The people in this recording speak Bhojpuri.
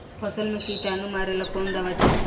फसल में किटानु मारेला कौन दावा चाही?